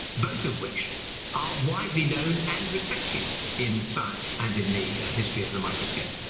both of which are widely known and respected in science and in the history of the microscope.